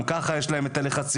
גם ככה יש להם את הלחצים.